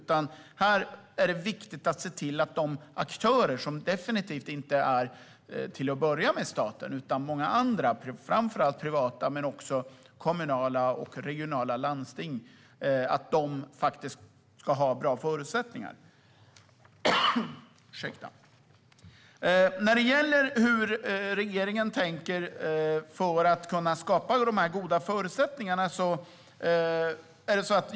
Här är det viktigt att se till att aktörerna - definitivt inte främst staten, utan många andra, framför allt privata men också kommunala och regionala, såsom landsting - har bra förutsättningar. Hur tänker sig då regeringen att de här goda förutsättningarna ska kunna skapas?